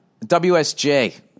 WSJ